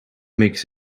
makes